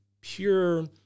pure